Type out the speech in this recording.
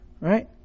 Right